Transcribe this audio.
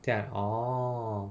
then I orh